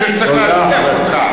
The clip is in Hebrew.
אני חושב שצריך להדיח אותך.